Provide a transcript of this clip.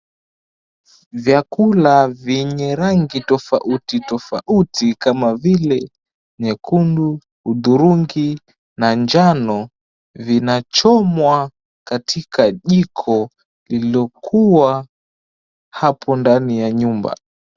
Vyakula vyenye rangi tofauti tofauti kama vile nyekundu, hudhurungi, na njano, vinachomwa katika jiko lililokuwa hapo ndani ya nyumba.